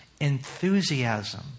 enthusiasm